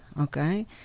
Okay